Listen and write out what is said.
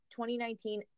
2019